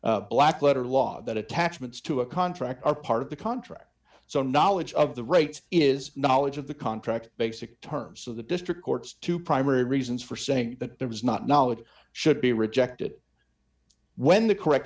black letter law that attachments to a contract are part of the contract so knowledge of the rates is knowledge of the contract basic terms so the district courts two primary reasons for saying that there was not knowledge should be rejected when the correct